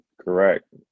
correct